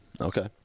Okay